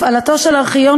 הפעלתו של ארכיון,